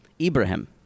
Ibrahim